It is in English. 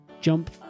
jump